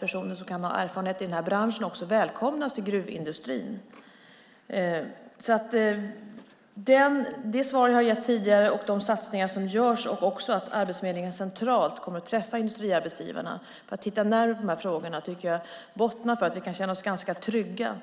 Personer med erfarenhet i branschen ska välkomnas till gruvindustrin. Det svar jag har gett tidigare och de satsningar som görs, bland annat att Arbetsförmedlingen centralt kommer att träffa representanter för Industriarbetsgivarna för att titta närmare på frågorna, bottnar för att vi kan känna oss trygga.